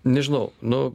nežinau nu